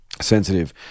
sensitive